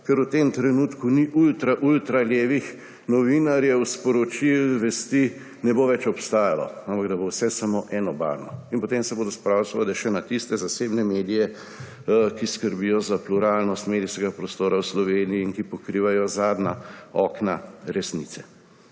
kar v tem trenutku ni ultra ultra levih novinarjev, sporočil in vesti, ne bosta več obstajala, ampak bo vse samo enobarvno. In potem se bodo spravili seveda še na tiste zasebne medije, ki skrbijo za pluralnost medijskega prostora v Sloveniji in ki pokrivajo zadnja okna resnice.